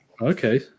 Okay